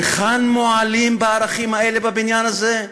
וכאן מועלים בערכים האלה, בבניין הזה?